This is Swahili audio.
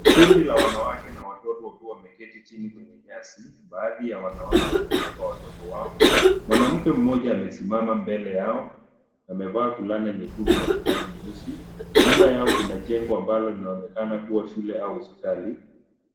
Kundi la wanawake na watoto wakiwa wameketi chini kwenye nyasi. Baadhi ya wanawake wamebeba watoto wao. Mwanamke mmoja amesimama mbele yao, amevaa fulana nyekundu na suruali nyeusi. Nyuma yao kuna jengo ambalo linaonekana kuwa shule au hospitali.